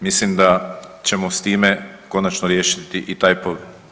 Mislim da ćemo s time konačno riješiti i taj